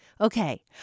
Okay